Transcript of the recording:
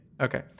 Okay